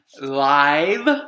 live